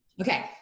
okay